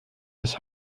des